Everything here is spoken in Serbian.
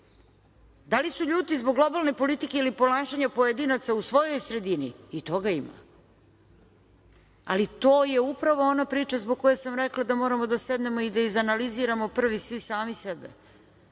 Da li su ljuti zbog globalne politike ili ponašanja pojedinaca u svojoj sredini? I toga ima. Ali to je upravo ona priča zbog koje sam rekla da moramo da sednemo i da izanaliziramo prvi svi sami sebe